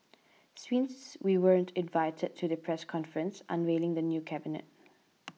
we weren't invited to the press conference unveiling the new cabinet